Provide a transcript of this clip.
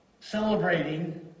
celebrating